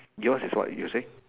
yours is what you say